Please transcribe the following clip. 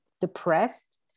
depressed